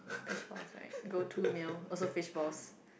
fishball right go two meal also fishballs